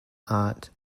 art